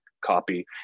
copy